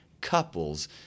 couples